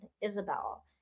Isabel